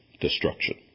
destruction